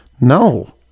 no